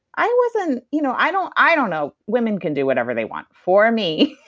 i wasn't. you know i don't i don't know. women can do whatever they want. for me,